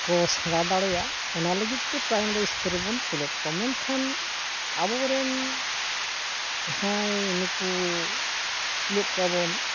ᱠᱚ ᱥᱮᱬᱟ ᱫᱟᱲᱮᱭᱟᱜ ᱚᱱᱟ ᱞᱟᱹᱜᱤᱫᱛᱮ ᱯᱨᱟᱭᱢᱟᱨᱤ ᱥᱛᱚᱨ ᱨᱮᱵᱚᱱ ᱠᱩᱞᱮᱫ ᱠᱚᱣᱟ ᱢᱮᱱᱠᱷᱟᱱ ᱟᱵᱚᱨᱮᱱ ᱡᱟᱦᱟᱸᱭ ᱱᱩᱠᱩ ᱠᱩᱞᱮᱫ ᱠᱚᱣᱟᱵᱚᱱ